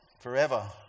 forever